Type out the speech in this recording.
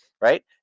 right